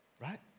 right